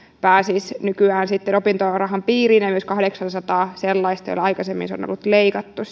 pääsisi sitten opintorahan piiriin ja myös kahdeksansataa sellaista joilla opintoraha on aikaisemmin ollut leikattu